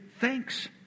thanks